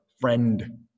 friend